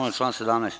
Da, član 17.